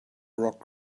rock